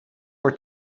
were